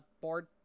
board